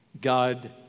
God